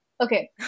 Okay